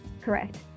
Correct